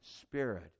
spirit